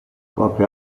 poche